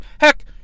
Heck